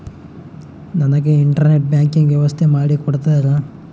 ನನಗೆ internet banking ವ್ಯವಸ್ಥೆ ಮಾಡಿ ಕೊಡ್ತೇರಾ?